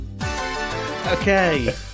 Okay